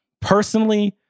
personally